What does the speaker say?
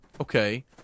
Okay